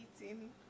eating